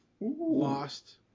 Lost